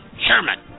Sherman